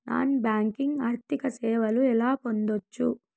Non banking ఆర్థిక సేవలు ఎలా పొందొచ్చు?